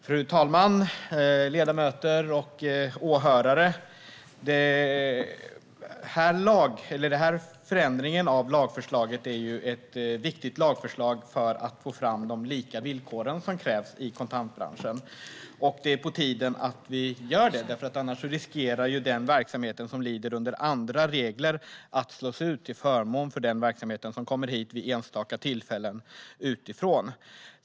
Fru talman, ledamöter och åhörare! Detta förslag om en förändring av lagen är viktigt för att vi ska få fram de lika villkor som krävs i kontantbranschen. Det är på tiden att vi gör detta, för annars riskerar den verksamhet som lyder under andra regler att slås ut till förmån för den verksamhet som vid enstaka tillfällen kommer hit utifrån.